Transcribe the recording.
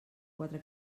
quatre